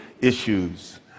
issues